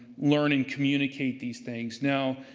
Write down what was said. learn and communicate these things. now,